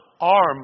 arm